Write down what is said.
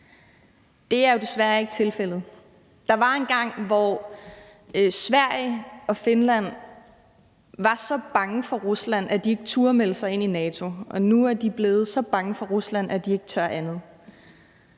Det er desværre ikke tilfældet. Der var engang, hvor Sverige og Finland var så bange for Rusland, at de ikke turde melde sig ind i NATO, og nu er de blevet så bange for Rusland, at de ikke tør andet.